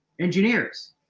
engineers